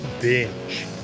Binge